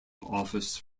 office